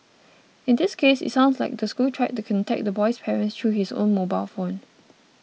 in this case it sounds like the school tried to contact the boy's parents through his own mobile phone